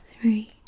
three